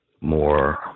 more